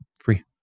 free